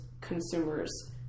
consumers